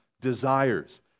desires